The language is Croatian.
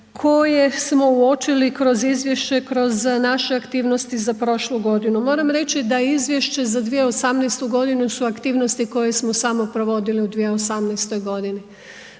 koje smo uočili kroz izvješće, kroz naše aktivnosti za prošlu godinu. Moramo reći da je izvješće za 2018. g. su aktivnosti koje smo samo provodili u 2018. godini.